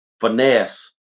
finesse